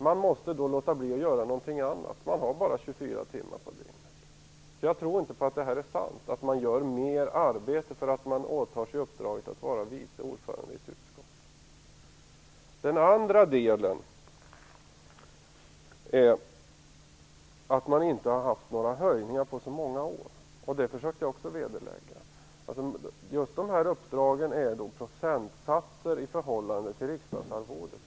Man måste då låta bli att göra någonting annat. Det finns bara 24 timmar på dygnet. Jag tror inte att det är sant att man gör mer arbete för att man åtar sig uppdraget att vara vice ordförande i ett utskott. Den andra delen gäller att man inte har haft några höjningar på så många år. Det försökte jag också vederlägga. Vad gäller de här uppdragen rör det sig om procentsatser i förhållande till riksdagsarvodet.